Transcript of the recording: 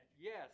Yes